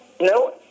No